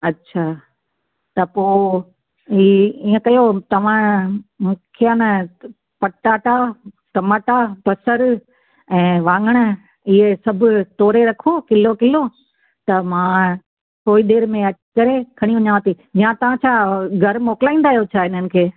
अच्छा त पोइ ही ईंअ कयो तव्हां मूंखे अ न पटाटा टमाटा बसर ऐं वाङण इहे सभु तोरे रखो किलो किलो त मां थोरी देरि में अची करे खणी वञांव थी या तव्हां छा घर मोकिलाईंदा आहियो छा हिननि खे